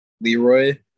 Leroy